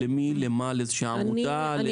לאיזושהי עבודה?